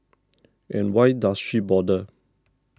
and why does she bother